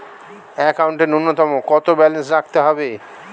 একাউন্টে নূন্যতম কত ব্যালেন্স রাখতে হবে?